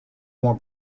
more